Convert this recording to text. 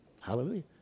Hallelujah